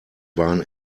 waren